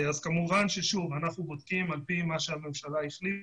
אז כמובן ששוב אנחנו בודקים על פי מה שהממשלה החליטה